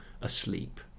asleep